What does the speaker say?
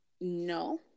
no